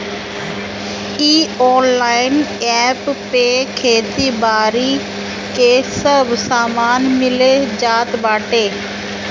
इ online app पे खेती बारी के सब सामान मिल जात बाटे